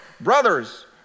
brothers